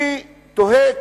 אני תוהה,